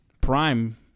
prime